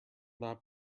not